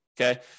Okay